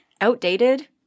outdated